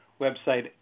website